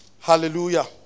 Hallelujah